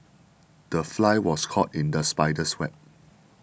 the fly was caught in the spider's web